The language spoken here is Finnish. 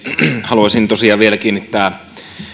haluaisin tosiaan vielä kiinnittää